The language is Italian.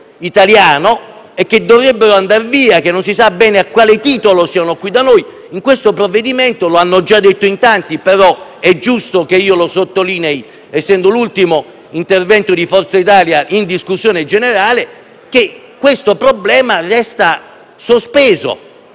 italiano e dovrebbero andar via perché non si sa bene a quale titolo sono qui da noi. In questo provvedimento - lo hanno già detto in tanti, ma è giusto che lo sottolinei essendo l'ultimo a intervenire per Forza Italia in discussione generale - siffatto problema resta sospeso.